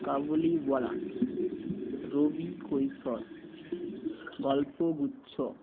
কাবুলিওয়ালা রবি কৈশোর গল্পগুচ্ছ